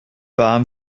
warm